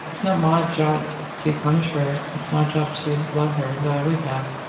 it's not my job to punish her, it's my job to love her, as i always have,